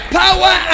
power